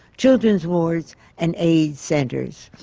children's wards and aids centers.